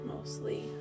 mostly